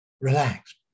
relax